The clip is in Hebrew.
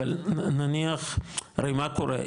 אבל נניח, הרי מה קורה?